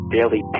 Daily